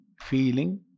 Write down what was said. feeling